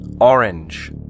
Orange